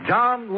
John